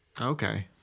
Okay